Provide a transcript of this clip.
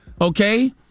okay